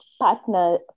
partner